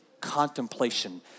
contemplation